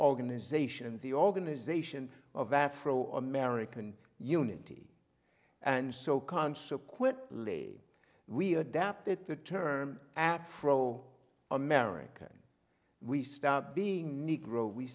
organization the organization of afro american unity and so consequently we adapt at the term at fro america we start being negro we